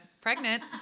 pregnant